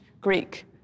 Greek